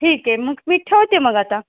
ठीक आहे मग मी ठेवते मग आता